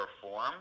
perform